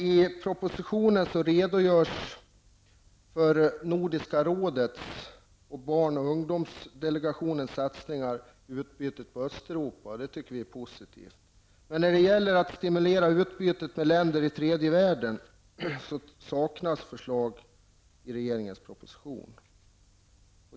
I propositionen redogörs för Östeuropa, och det tycker vi är positivt. Men när det gäller att stimulera utbytet med länder i tredje världen saknas förslag i regeringens proposition.